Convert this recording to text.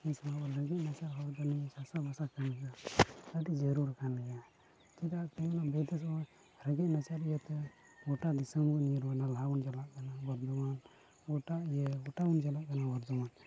ᱦᱮᱸ ᱥᱮ ᱵᱟᱝ ᱟᱵᱚ ᱨᱮᱸᱜᱮᱡ ᱱᱟᱪᱟᱨ ᱦᱚᱲ ᱠᱟᱱᱟ ᱵᱚᱱ ᱪᱟᱥᱟ ᱵᱟᱥᱟ ᱠᱟᱱ ᱜᱮᱭᱟ ᱟᱹᱰᱤ ᱡᱟᱹᱨᱩᱲ ᱠᱟᱱ ᱜᱮᱭᱟ ᱪᱮᱫᱟᱜ ᱛᱮᱦᱮᱧ ᱟᱵᱚ ᱫᱤᱥᱚᱢ ᱨᱮ ᱨᱮᱸᱜᱮᱡ ᱱᱟᱪᱟᱨ ᱤᱭᱟᱹᱛᱮ ᱜᱚᱴᱟ ᱫᱤᱥᱚᱢ ᱵᱚᱱ ᱧᱤᱨ ᱠᱟᱱᱟ ᱱᱟᱞᱦᱟ ᱵᱚᱱ ᱪᱟᱞᱟᱜ ᱠᱟᱱᱟ ᱵᱚᱨᱫᱷᱚᱢᱟᱱ ᱜᱚᱴᱟ ᱤᱭᱟᱹ ᱜᱚᱴᱟ ᱵᱚᱱ ᱪᱟᱞᱟᱜ ᱠᱟᱱᱟ ᱵᱚᱨᱫᱷᱚᱢᱟᱱ